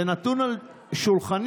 זה נתון על שולחני,